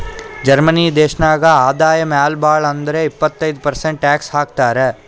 Germany ದೇಶನಾಗ್ ಆದಾಯ ಮ್ಯಾಲ ಭಾಳ್ ಅಂದುರ್ ಇಪ್ಪತ್ತೈದ್ ಪರ್ಸೆಂಟ್ ಟ್ಯಾಕ್ಸ್ ಹಾಕ್ತರ್